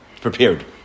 Prepared